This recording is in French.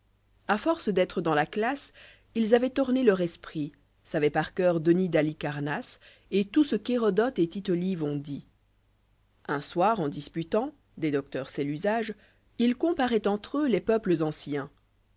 a force d'être dans la classe us avoient oxné leur esprit savoient par coeur denys d'halicapnasse et tout ce qu'hérodote et tile ljve ont dit un soir en disputant des docteurs c'est l'usage ils comparaient entre eux les peuples anciens